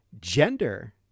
gender